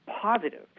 positive